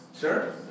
Sure